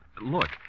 look